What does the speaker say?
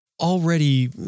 already